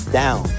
down